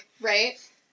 Right